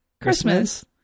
Christmas